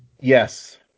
Yes